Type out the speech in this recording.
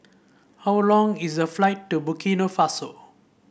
how long is the flight to Burkina Faso